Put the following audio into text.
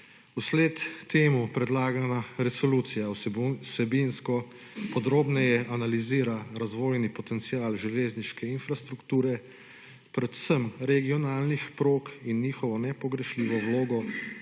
Vsled temu predlagana resolucija vsebinsko podrobneje analizira razvojni potencial železniške infrastrukture predvsem regionalnih prog in njihovo nepogrešljivo vlogo